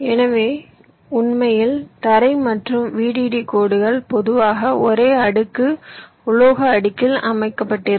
எனவே உண்மையில் தரை மற்றும் VDD கோடுகள் பொதுவாக ஒரே அடுக்கு உலோக அடுக்கில் அமைக்கப்பட்டிருக்கும்